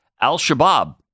Al-Shabaab